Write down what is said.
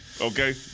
Okay